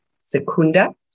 Secunda